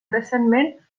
recentment